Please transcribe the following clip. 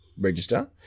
register